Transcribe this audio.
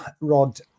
Rod